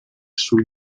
sul